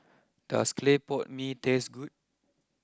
does Claypot Mee taste good